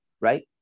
right